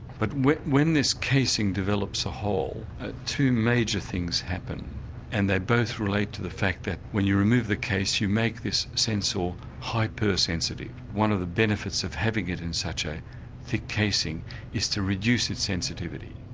but when when this casing develops a hole ah two major things happen and they both relate to the fact that when you remove the case you make this sensor hyper sensitive. one of the benefits of having it in such a thick casing is to reduce its sensitivity.